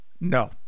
no